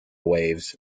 waves